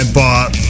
bought